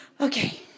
Okay